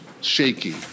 shaky